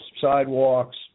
sidewalks